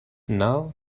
now